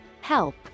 help